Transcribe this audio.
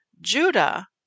Judah